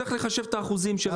צריך לחשב את האחוזים.